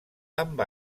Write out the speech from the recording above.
amb